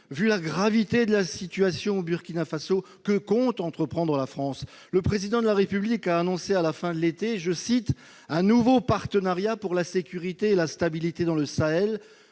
de la gravité de la situation au Burkina Faso, que compte entreprendre la France ? Ensuite, le Président de la République a annoncé à la fin de l'été « un nouveau partenariat pour la sécurité et la stabilité au Sahel »,